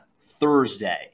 Thursday